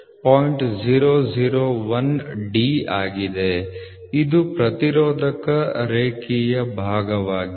001 D ಆಗಿದೆ ಇದು ಪ್ರತಿರೋಧಕ ರೇಖೀಯ ಭಾಗವಾಗಿದೆ